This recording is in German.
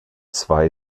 zwei